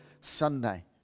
Sunday